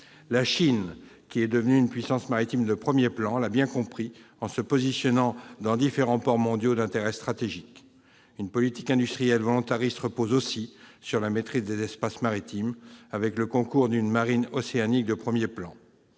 La Chine, devenue une puissance maritime de premier plan, l'a bien compris en prenant position dans divers ports mondiaux d'intérêt stratégique. Une politique industrielle volontariste repose aussi sur la maîtrise des espaces maritimes, avec le concours d'une marine océanique de premier plan.